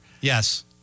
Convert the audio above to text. Yes